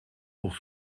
pour